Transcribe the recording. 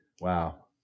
Wow